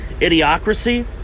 Idiocracy